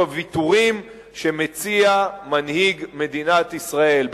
הוויתורים שמציע מנהיג מדינת ישראל,